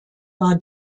war